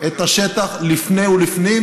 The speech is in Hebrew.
אני מכיר את השטח לפני ולפנים,